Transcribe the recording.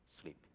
sleep